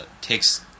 takes